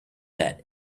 that